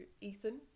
Ethan